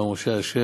מר משה אשר,